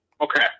Okay